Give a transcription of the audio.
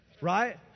Right